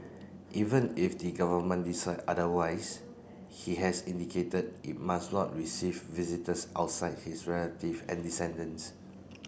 even if the government decide otherwise he has indicated it must not receive visitors outside his relative and descendants